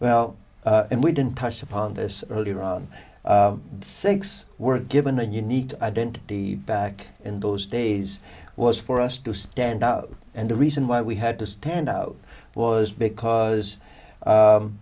well and we didn't touch upon this earlier on six were given a unique identity back in those days was for us to stand out and the reason why we had to stand out was because